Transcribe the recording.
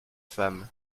femmes